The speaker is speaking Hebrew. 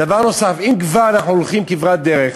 דבר נוסף, אם כבר אנחנו הולכים כברת דרך,